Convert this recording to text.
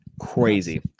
Crazy